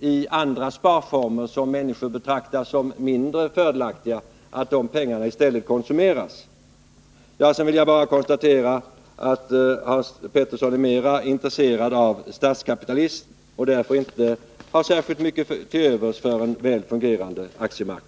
i andra sparformer, som människor betraktar som mindre fördelaktiga. Sedan vill jag bara konstatera att Hans Petersson är mera intresserad av statskapitalism och därför inte har mycket till övers för en väl fungerande aktiemarknad.